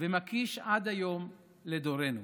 ומקיש עד היום לדורנו.